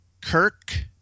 Kirk